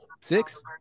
Six